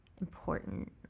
important